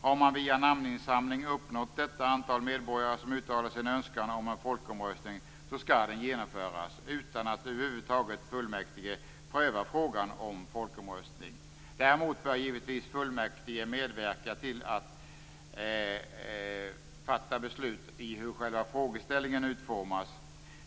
Har man via namninsamling uppnått detta antal medborgare som uttalar sin önskan om en folkomröstning så skall den genomföras, utan att fullmäktige över huvud taget prövar frågan om folkomröstning. Däremot bör fullmäktige givetvis medverka till att fatta beslut i hur själva frågeställningen utformas.